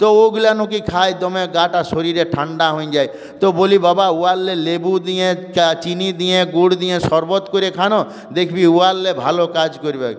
তো ওগুলো লোকে খায় দমে গা টা শরীরে ঠান্ডা হয়ে যায় তো বলি বাবা ওর লেবু দিয়ে চিনি দিয়ে গুড় দিয়ে সরবত করে খা না দেখবি ওর লে ভালো কাজ করবেক